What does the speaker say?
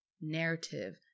narrative